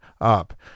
up